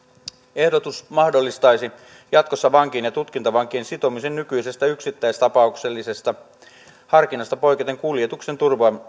ehdotus mahdollistaisi jatkossa vankien ja tutkintavankien sitomisen nykyisestä yksittäistapauksellisesta harkinnasta poiketen kuljetuksen